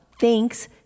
thanks